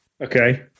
Okay